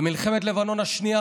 במלחמת לבנון השנייה,